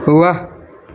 वाह